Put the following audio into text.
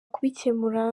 kubikemura